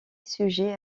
sujet